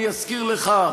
אני אזכיר לך,